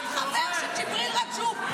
בחייך זה להיות חבר של ג'יבריל רג'וב.